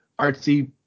artsy